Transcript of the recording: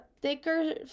thicker